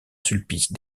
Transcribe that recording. sulpice